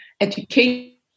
education